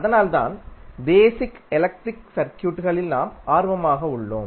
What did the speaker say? அதனால்தான் basic electric சர்க்யூட்களில் நாம் ஆர்வமாக உள்ளோம்